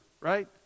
right